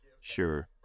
Sure